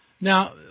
Now